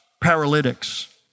paralytics